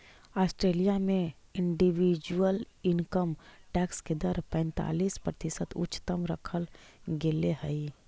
Australia में individual income tax के दर पैंतालीस प्रतिशत उच्चतम रखल गेले हई